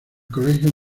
colegio